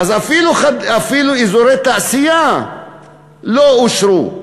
אז אפילו אזורי תעשייה לא אושרו.